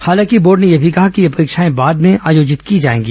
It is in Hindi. हालांकि बोर्ड ने यह भी कहा है कि ये परीक्षाएं बाद में आयोजित की जाएंगी